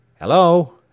Hello